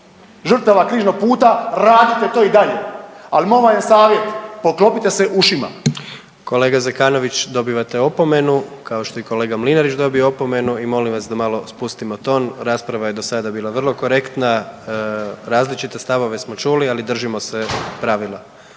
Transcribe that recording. žrtava Križnog puta, radite to i dalje, ali moj vam je savjet poklopite se ušima. **Jandroković, Gordan (HDZ)** Kolega Zekanović dobivate opomenu kao što je i kolega Mlinarić dobio opomenu i molim vas da malo spustimo ton, rasprava je do sada bila vrlo korektna, različite stavove smo čuli, ali držimo se pravila.